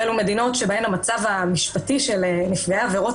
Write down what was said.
שהן מדינות שבהן המצב המשפטי של נפגעי עבירות